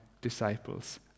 disciples